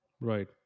Right